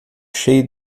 cheio